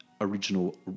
original